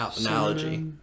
analogy